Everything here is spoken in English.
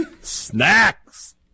Snacks